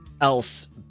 else